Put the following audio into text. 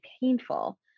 painful